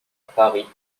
paris